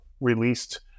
released